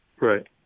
Right